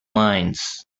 minds